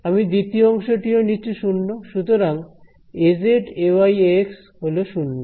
আমি দ্বিতীয় অংশটি ও নিচ্ছি 0 সুতরাং Az Ay Ax হলো শুন্য